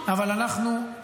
אם נביא את החוק הזה, תתמוך?